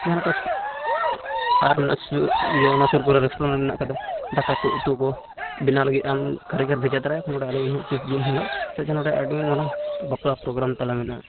ᱡᱟᱦᱟᱸᱞᱮᱠᱟ ᱟᱨ ᱤᱭᱟᱹ ᱚᱱᱟ ᱥᱩᱨᱠᱚᱨᱮ ᱨᱮᱥᱴᱩᱨᱮᱱᱴ ᱢᱮᱱᱟᱜ ᱟᱠᱟᱫᱟ ᱫᱟᱠᱟᱠᱚ ᱩᱛᱩᱠᱚ ᱵᱮᱱᱟᱣ ᱞᱟᱹᱜᱤᱫ ᱟᱢ ᱠᱟᱨᱤᱜᱚᱨ ᱵᱷᱮᱡᱟ ᱫᱟᱲᱮᱭᱟᱠᱚᱣᱟᱢ ᱱᱚᱰᱮ ᱟᱞᱤᱧ ᱩᱱ ᱛᱨᱤᱥ ᱡᱩᱱ ᱦᱤᱞᱳᱜ ᱱᱚᱰᱮ ᱟᱹᱰᱤ ᱢᱟᱨᱟᱝ ᱵᱟᱯᱞᱟ ᱯᱨᱳᱜᱨᱟᱢ ᱛᱟᱞᱮ ᱢᱮᱱᱟᱜᱼᱟ